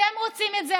אתם רוצים את זה.